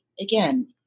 again